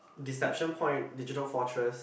Deception Point Digital Fortress